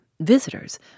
Visitors